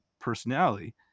personality